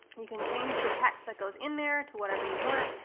you can change the text that goes in there to whatever you want.